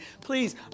please